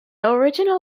original